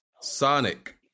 sonic